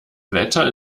wetter